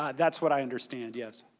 ah that's what i understand, yes.